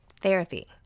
Therapy